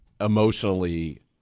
emotionally –